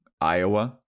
Iowa